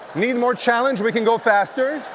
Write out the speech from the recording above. need more challenge? we can go faster.